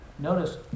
Notice